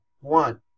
One